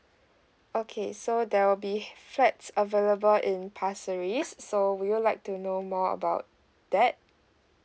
okay so there will be flats available in pasir ris so would you like to know more about that